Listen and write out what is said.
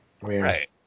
Right